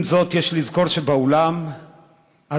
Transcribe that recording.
עם זאת, יש לזכור שבאולם הזה,